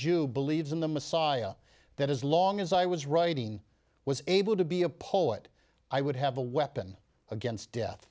jew believes in the messiah that as long as i was writing was able to be a poet i would have a weapon against death